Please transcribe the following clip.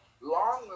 long